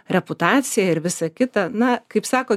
reputacija ir visa kita na kaip sako